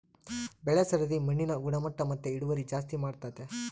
ಬೆಳೆ ಸರದಿ ಮಣ್ಣಿನ ಗುಣಮಟ್ಟ ಮತ್ತೆ ಇಳುವರಿ ಜಾಸ್ತಿ ಮಾಡ್ತತೆ